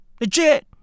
Legit